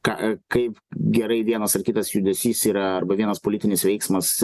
ką kaip gerai vienas ar kitas judesys yra arba vienas politinis veiksmas